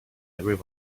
every